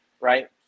right